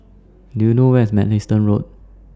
Do YOU know Where IS Mugliston Road